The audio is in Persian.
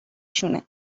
شونه